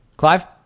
Clive